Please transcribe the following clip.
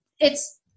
it's-